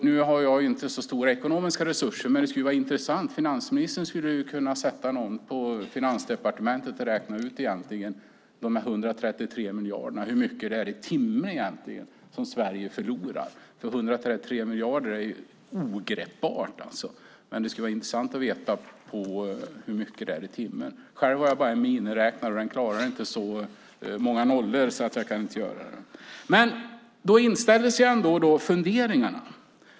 Nu har jag inte så stora ekonomiska resurser, men finansministern skulle ju kunna sätta någon på Finansdepartementet att räkna ut hur mycket Sverige förlorar i timmen. 133 miljarder är ogreppbart, men det skulle vara intressant att veta hur mycket det är i timmen. Själv har jag bara en miniräknare, och den klarar inte så många nollor. Därför kan jag inte göra det. Funderingarna inställer sig.